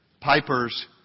Piper's